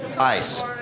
ice